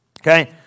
Okay